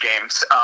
games